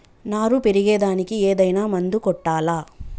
నారు పెరిగే దానికి ఏదైనా మందు కొట్టాలా?